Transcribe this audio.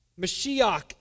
Mashiach